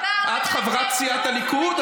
את חברת סיעת הליכוד?